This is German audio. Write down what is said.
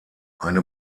eine